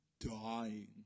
dying